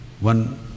one